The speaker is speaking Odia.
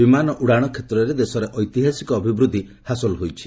ବିମାନ ଉଡାଣ କ୍ଷେତ୍ରରେ ଦେଶରେ ଐତିହାସିକ ଅଭିବୃଦ୍ଧି ହାସଲ ହୋଇଛି